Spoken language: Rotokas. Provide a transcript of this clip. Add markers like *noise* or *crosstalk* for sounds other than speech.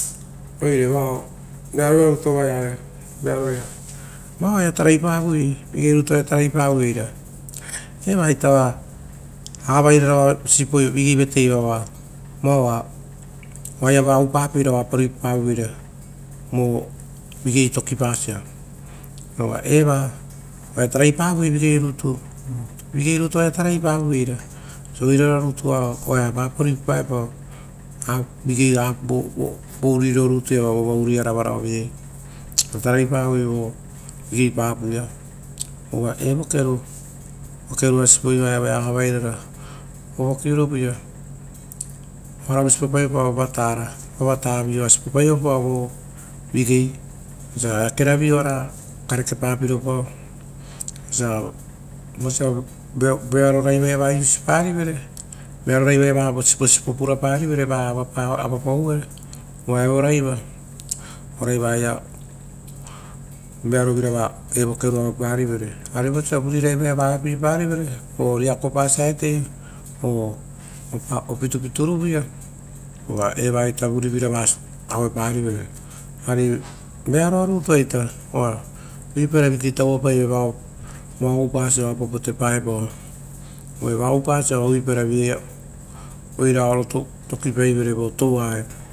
Oire vao vearovira rutu *noise* ovaeaia vao tarapavo vigei rutu tarai pavoivera avairara vigei vatei va va oaia vao oupa peira oapa ruipapavio vera vo vigei tokipasa ova eva tarai pavo vigei rutu, vigei rutu vaia taraipavei osio oirara rutu vapa rupapavera vo apuro rutu ia vouruia. Uva tarai pavo vo vigei pa apuaia ovaevo keru oa sipoiva evoia avarara, ovo kirovaia oaravu sipopaepoo vavatara, osia eakeravi oara karekepa piropao osia vosia vearo raiva ia vavo siposipo aro puraparieve re vaia avapaoro uva ero raiva oraivaia vearo vira evo keru aueparivere arivosia vuri raivaia oo riakopa siaetea oo opitupituro vuia ova evo aiate ava vuriura auepa rivere, vearo ratua ita oa uvuipara visi tauvapaire, vao oupasia oapa potepaopo oo vao upasia oa oirara rutu tokipaivere vo touaia.